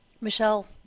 Michelle